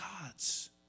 gods